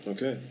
Okay